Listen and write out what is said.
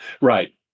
right